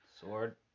sword